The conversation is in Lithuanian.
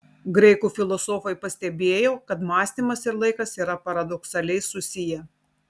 graikų filosofai pastebėjo kad mąstymas ir laikas yra paradoksaliai susiję